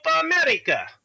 America